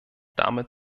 damit